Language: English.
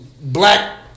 black